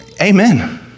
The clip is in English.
Amen